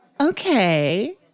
Okay